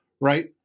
right